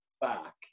back